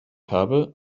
habe